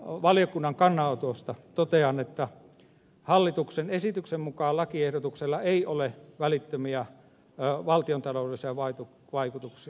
muista valiokunnan kannanotoista totean että hallituksen esityksen mukaan lakiehdotuksella ei ole välittömiä valtiontaloudellisia vaikutuksia